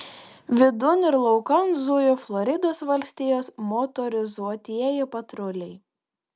vidun ir laukan zujo floridos valstijos motorizuotieji patruliai